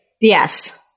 Yes